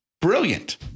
Brilliant